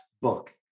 book